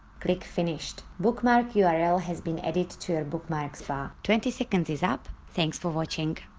click finished bookmark yeah url has been added to your bookmarks bar twenty seconds is up, thanks for watching